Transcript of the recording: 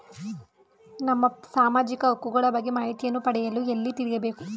ನಮ್ಮ ಸಾಮಾಜಿಕ ಹಕ್ಕುಗಳ ಬಗ್ಗೆ ಮಾಹಿತಿಯನ್ನು ಪಡೆಯಲು ಎಲ್ಲಿ ತಿಳಿಯಬೇಕು?